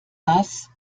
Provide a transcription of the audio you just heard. das